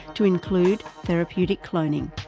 to include therapeutic cloning.